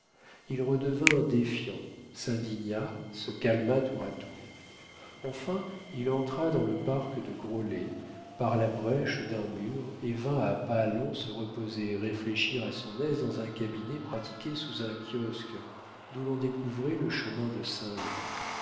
il redevint défiant s'indigna se calma tour à tour enfin il entra dans le parc de groslay par la brèche d'un mur et vint à pas lents se reposer et réfléchir à son aise dans un cabinet pratiqué sous un kiosque d'où l'on découvrait le chemin de